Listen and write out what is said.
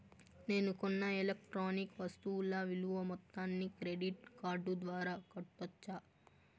నేను కొన్న ఎలక్ట్రానిక్ వస్తువుల విలువ మొత్తాన్ని క్రెడిట్ కార్డు ద్వారా కట్టొచ్చా?